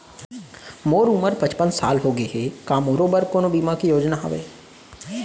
मोर उमर पचपन साल होगे हे, का मोरो बर कोनो बीमा के योजना हावे?